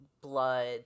blood